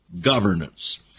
governance